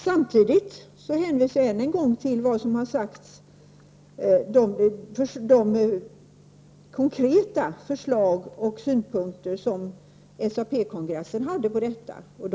Samtidigt vill jag än en gång hänvisa till de konkreta förslag och synpunkter som framkom vid SAP-kongressen.